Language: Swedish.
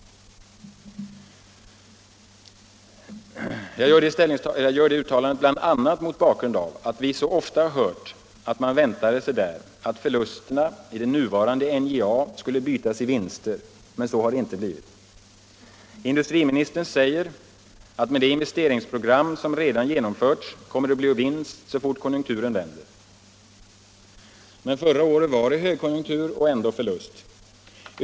Jag gör det uttalandet bl.a. mot bakgrund av att vi så ofta har hört att man väntade sig att förlusterna för det nuvarande NJA skulle bytas i vinster. Men så har det inte blivit. Industriministern säger att med det investeringsprogram som redan genomförts kommer det att bli vinst så fort konjunkturen vänder. Men förra året var det högkonjunktur och ändå blev det förlust.